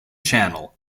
channel